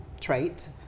trait